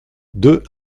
deux